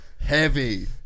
heavy